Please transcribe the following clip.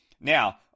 Now